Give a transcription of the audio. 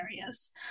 areas